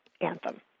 anthem